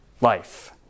life